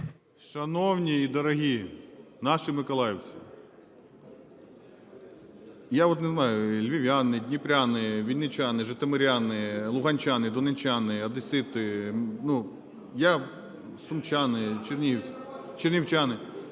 Шановні і дорогі наші миколаївці, я от не знаю, львів'яни, дніпряни, вінничани, житомиряни, луганчани, донеччани, одесити, ну, я… сумчани, чернівчани,